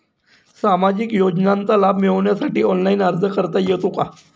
सामाजिक योजनांचा लाभ मिळवण्यासाठी ऑनलाइन अर्ज करता येतो का?